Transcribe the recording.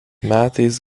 metais